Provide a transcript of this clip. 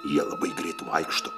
jie labai greit vaikšto